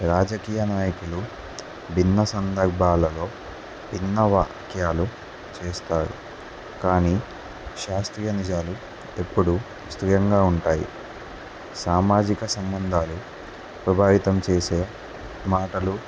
రాజకీయ నాయకులు భిన్న సందర్భాలలో భిన్న వాక్యాలు చేస్తారు కానీ శాస్త్రీయ నిజాలు ఎప్పుడూ స్థికంగా ఉంటాయి సామాజిక సంబంధాలు ప్రభావితం చేసే మాటలు